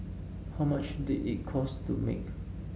how much did it cost to make